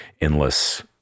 endless